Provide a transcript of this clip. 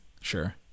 sure